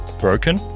Broken